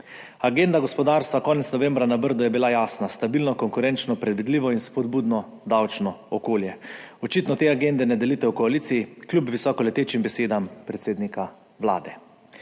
Agenda gospodarstva konec novembra na Brdu je bila jasna: stabilno, konkurenčno, predvidljivo in spodbudno davčno okolje. Očitno te agende ne delite v koaliciji, kljub visokoletečim besedam predsednika Vlade.